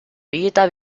vita